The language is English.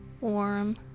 Warm